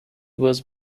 was